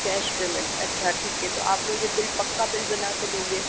cash payment अच्छा ठीक है तो आप मुझे बिल पक्का बिल बना के दोगे